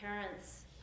parents